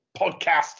Podcast